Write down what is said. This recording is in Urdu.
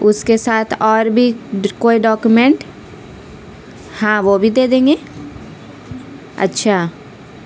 اس کے ساتھ اور بھی کوئی ڈاکومینٹ ہاں وہ بھی دے دیں گے اچھا